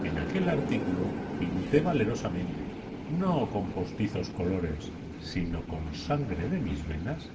en aquel artículo pinté valerosamente no con postizos colores sino con sangre de mis venas